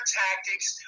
tactics